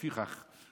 לפיכך,